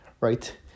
right